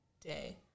day